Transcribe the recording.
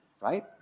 Right